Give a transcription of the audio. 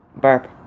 Burp